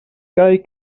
kaj